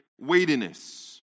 weightiness